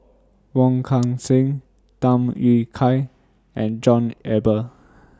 Wong Kan Seng Tham Yui Kai and John Eber